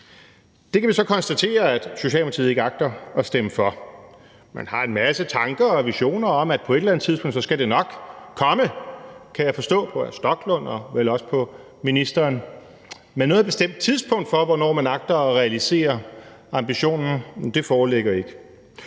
Det kan vi så konstatere at Socialdemokratiet ikke agter at stemme for. Man har en masse tanker og visioner om, at på et eller andet tidspunkt, skal det nok komme, kan jeg forstå på hr. Rasmus Stoklund og vel også på ministeren, men noget bestemt tidspunkt for, hvornår man agter at realisere ambitionen, foreligger ikke.